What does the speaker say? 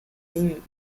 being